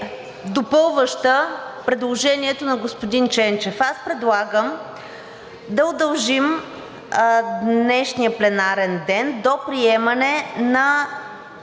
допълваща предложението на господин Ченчев. Аз предлагам да удължим днешния пленарен ден до приемане и